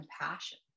compassion